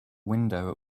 window